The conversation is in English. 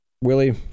Willie